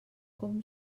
com